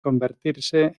convertirse